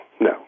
no